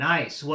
Nice